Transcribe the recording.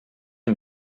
and